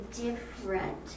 different